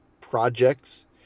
projects